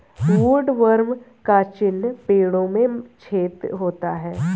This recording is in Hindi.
वुडवर्म का चिन्ह पेड़ों में छेद होता है